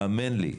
האמן לי,